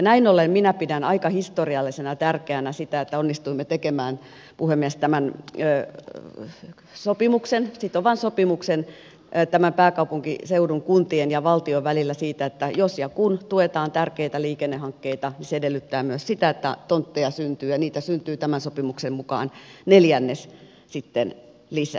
näin ollen minä pidän aika historiallisena ja tärkeänä sitä että onnistuimme tekemään puhemies tämän sitovan sopimuksen pääkaupunkiseudun kuntien ja valtion välillä siitä että jos ja kun tuetaan tärkeitä liikennehankkeita se edellyttää myös sitä että tontteja syntyy ja niitä syntyy tämän sopimuksen mukaan neljännes sitten lisää